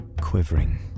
quivering